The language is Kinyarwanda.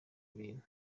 bintu